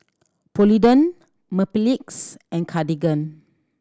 Polident Mepilex and Cartigain